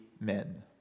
men